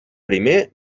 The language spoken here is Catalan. primer